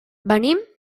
venim